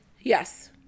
Yes